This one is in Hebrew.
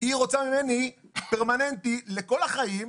רוצה ממני באופן קבוע לכל החיים,